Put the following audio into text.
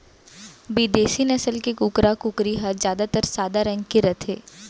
बिदेसी नसल के कुकरा, कुकरी ह जादातर सादा रंग के रथे